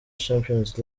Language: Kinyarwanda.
champions